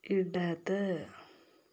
ഇടത്